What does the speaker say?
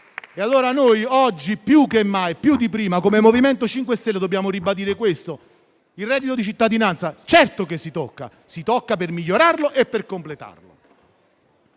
Allora noi, oggi più che mai, più di prima, come MoVimento 5 Stelle dobbiamo ribadire che il reddito di cittadinanza si tocca, ma lo si fa per migliorarlo e completarlo.